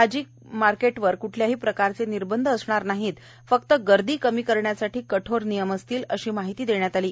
भाजी मार्केटवर क्ठल्याही प्रकारचे निर्बंध असणार नाहीत फक्त गर्दी कमी करण्यासाठी कठोर नियम असतील अशी माहिती देण्यात आली आहे